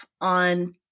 on